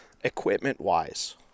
Equipment-wise